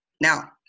Now